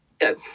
Go